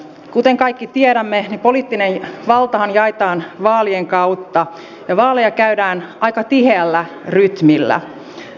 kuten kaikki tiedämme poliittinen valtahan jaetaan vaalien kautta ja vaaleja käydään aika tiheällä rytmillä